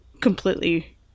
completely